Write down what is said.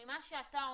ממה שאתה אומר,